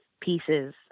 pieces